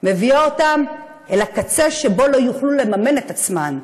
מביאה אותן אל הקצה שבו לא יוכלו לממן את עצמן,